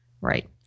Right